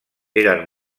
eren